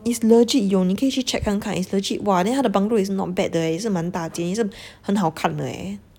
it's legit 有你可以去 check 看看 it's legit !wah! then 它的 bungalow 也是 not bad 的 eh 也是蛮大间也是很好看的 leh